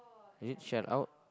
is it share out